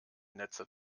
netze